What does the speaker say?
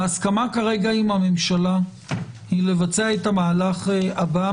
ההסכמה כרגע עם הממשלה היא לבצע את המהלך הבא,